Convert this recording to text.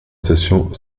station